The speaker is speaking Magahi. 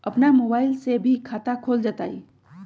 अपन मोबाइल से भी खाता खोल जताईं?